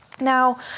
Now